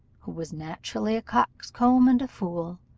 who was naturally a coxcomb and a fool,